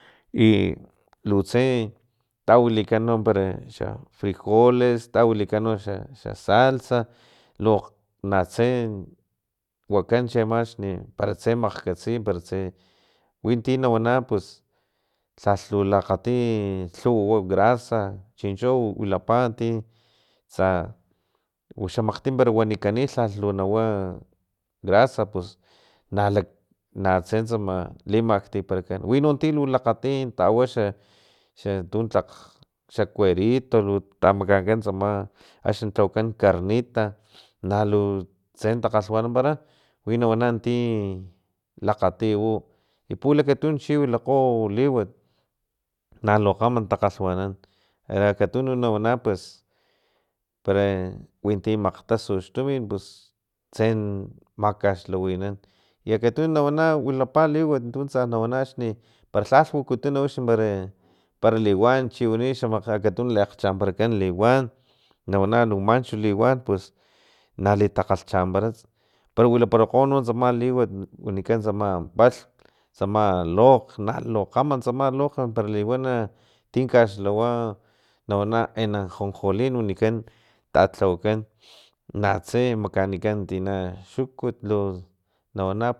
I lu tse tawilikan no para xafrijoles tawilikan xa xasalsa lu natse wakan chi ama paratse makgkatsiy para tse winti na wana para lhalh lu lakgati lhuwa wa grasa chincho wilapa ti tsa uxa makgtim para wanikani lhalh lu nawa gras pus nalak natse tsama limaktiparakan wino ti lu lakgatin tawa xa tu tlakg xa cuerito lu tamakaankan tsama axni lhawakan carnita nalu tse takgalwampara wi na wanana para ti lakati u y pulakatunu chi wani wilakgo liwat nalu kgama takgalhwanan era akatunu nawana pues para winti makgtasu xtumin pus tse makaxlawinan i akatunu na wana wilapa liwatuntu tsa na wana axni para lhalh wakutuna wix para liwan o chi wani xamaka akatun liaxchamparakan liwan na wna lu manchu liwan pus nalitakgalhchampara para wilaparakgo umo tsama liwat wanikan tsama palhm tsama lokg na lokgama tsama lokg tsama lokg para liwana ti kaxlhawa nawana en anjonjolin wanikan talhawakan natse makaanikan tsina xukut lu nawana pues